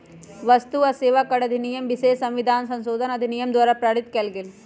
वस्तु आ सेवा कर अधिनियम विशेष संविधान संशोधन अधिनियम द्वारा पारित कएल गेल